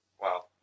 Wow